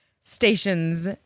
stations